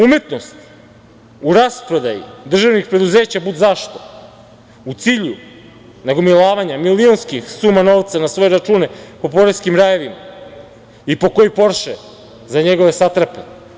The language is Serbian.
Umetnost u rasprodaji državnih preduzeća budzašto, u cilju nagomilavanja milionskih suma novca na svoje račune po poreskim rajevima i pokoji „porše“ za njegove satrape.